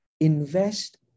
invest